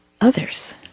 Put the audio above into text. others